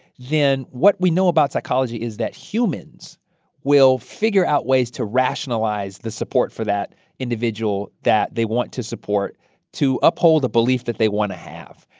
then what we know about psychology is that humans will figure out ways to rationalize the support for that individual that they want to support to uphold a belief that they want to have.